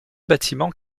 bâtiments